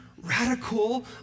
radical